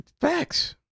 Facts